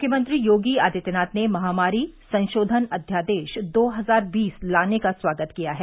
मुख्यमंत्री योगी आदित्यनाथ ने महामारी संशोधन अध्यादेश दो हजार बीस लाने का स्वागत किया है